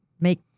make